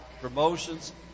promotions